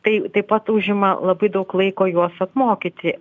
tai taip pat užima labai daug laiko juos apmokyti